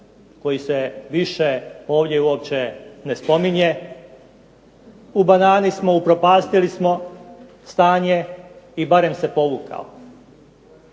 koji se više ovdje uopće ne spominje, u banani smo, upropastili smo stanje i barem se povukao.